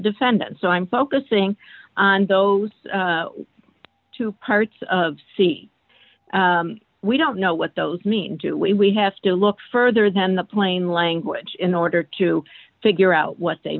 defendant so i'm focusing on those two parts of c we don't know what those mean do we have to look further than the plain language in order to figure out what they